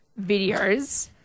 videos